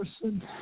person